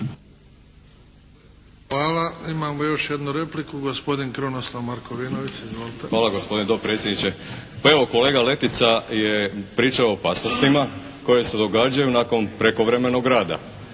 Izvolite. **Markovinović, Krunoslav (HDZ)** Hvala gospodine dopredsjedniče. Pa evo kolega Letica je pričao o opasnostima koje se događaju nakon prekovremenog rada.